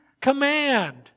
command